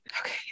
Okay